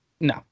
No